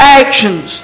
actions